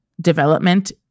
development